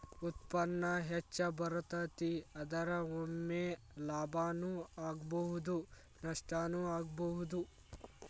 ಉತ್ಪನ್ನಾ ಹೆಚ್ಚ ಬರತತಿ, ಆದರ ಒಮ್ಮೆ ಲಾಭಾನು ಆಗ್ಬಹುದು ನಷ್ಟಾನು ಆಗ್ಬಹುದು